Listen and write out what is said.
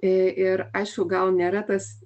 ir aišku gal nėra tas